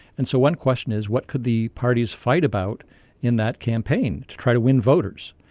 and so one question is what could the parties fight about in that campaign to try to win voters?